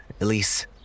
Elise